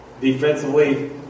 defensively